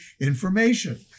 information